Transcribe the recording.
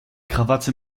krawatte